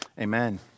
amen